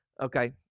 Okay